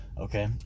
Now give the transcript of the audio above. Okay